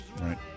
right